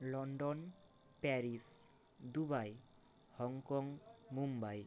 London Paris Dubai Hong Kong Mumbai